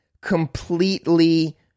completely